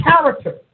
character